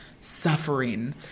suffering